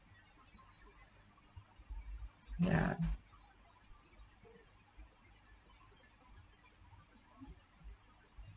ya